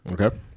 Okay